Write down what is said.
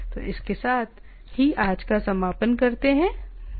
तो इसके साथ ही आज का समापन करते हैं